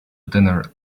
dinner